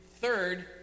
third